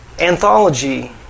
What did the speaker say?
anthology